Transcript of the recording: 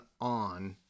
on